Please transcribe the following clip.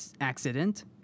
accident